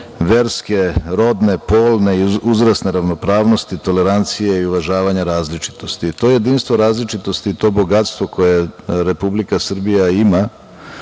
verske, rodne, polne i uzrasne ravnopravnosti, tolerancije i uvažavanja različitosti. To jedinstvo različitosti i to bogatstvo koje Republika Srbija ima,